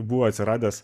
buvo atsiradęs